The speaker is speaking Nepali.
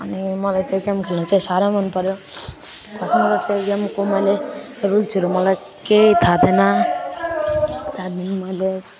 अनि मलाई त्यो गेम खेल्नु चाहिँ साह्रै मन पऱ्यो फर्स्टमा त त्यो गेमको मैले रुल्सहरू मलाई केही थाहा थिएन त्यहाँदेखि मैले